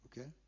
okay